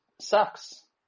sucks